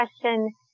question